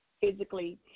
physically